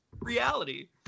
reality